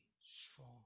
strong